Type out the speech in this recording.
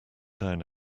down